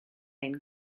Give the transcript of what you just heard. ein